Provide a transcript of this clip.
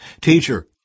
Teacher